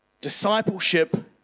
Discipleship